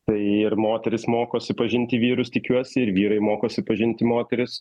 tai ir moterys mokosi pažinti vyrus tikiuosi ir vyrai mokosi pažinti moteris